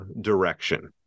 direction